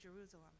Jerusalem